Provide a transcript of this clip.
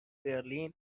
برلین